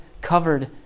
covered